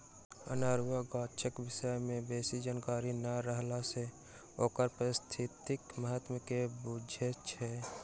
अनेरुआ गाछक विषय मे बेसी जानकारी नै रहला सँ ओकर पारिस्थितिक महत्व के नै बुझैत छी